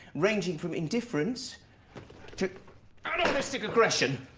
ranging from indifference to animalistic aggression.